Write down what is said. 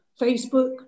Facebook